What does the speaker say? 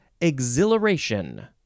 exhilaration